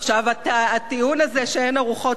הטיעון הזה שאין ארוחות חינם,